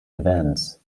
events